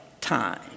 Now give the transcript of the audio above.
time